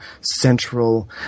central